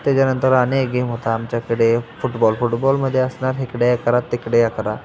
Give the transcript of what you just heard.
त्याच्यानंतर आणि एक गेम होता आमच्याकडे फुटबॉल फुटबॉलमध्ये असणार इकडे अकरा तिकडे अकरा